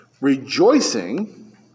rejoicing